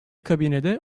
kabinede